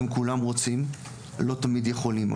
הם כולם רוצים, הם לא תמיד יכולים.